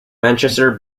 manchester